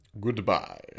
Goodbye